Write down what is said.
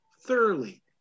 thoroughly